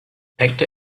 actor